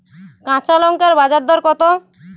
কাঁচা লঙ্কার বাজার দর কত?